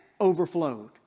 overflowed